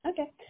Okay